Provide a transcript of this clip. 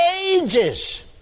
ages